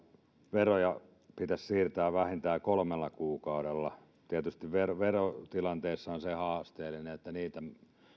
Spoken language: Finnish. veroja pitäisi siirtää vähintään kolmella kuukaudella tietysti verotilanteessa on haasteellista se että niitä ei